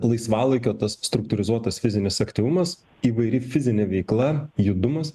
laisvalaikio tas struktūrizuotas fizinis aktyvumas įvairi fizinė veikla judumas